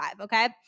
Okay